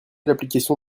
l’application